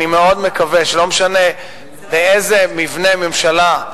ולא משנה באיזה מבנה ממשלה,